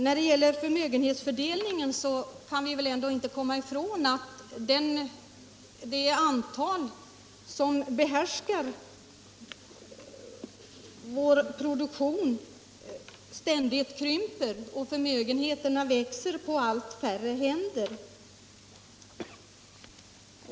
När det gäller förmögenhetsfördelningen kan vi väl ändå inte komma ifrån att antalet personer som behärskar vår produktion ständigt krymper och att förmögenheterna samlas på allt färre händer.